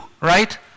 right